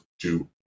two